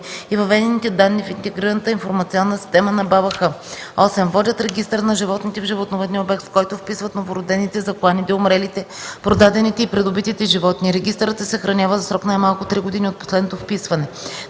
и въведените данни в Интегрираната информационна система на БАБХ; 8. водят регистър на животните в животновъдния обект, в който вписват новородените, закланите, умрелите, продадените и придобитите животни; регистърът се съхранява за срок най-малко три години от последното вписване;